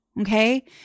Okay